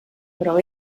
però